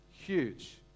huge